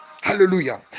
hallelujah